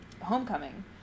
homecoming